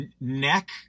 neck